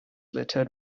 littered